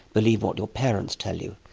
believe what your parents tell you.